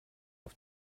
auf